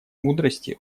мудрости